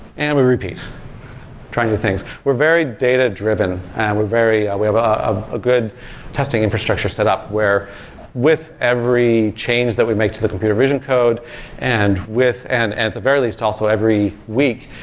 and we repeat trying new things we're very data-driven and we're very ah we have a good testing infrastructure set up, where with every change that we make to the computer vision code and with and at the very least, also every week,